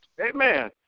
Amen